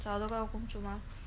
找得到工作吗